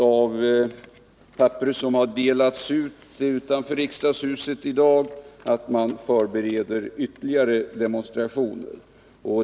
Av papper som har delats ut utanför riksdagshuset i dag har vi sett att man förbereder ytterligare demonstrationer.